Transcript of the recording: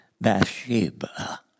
Bathsheba